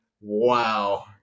Wow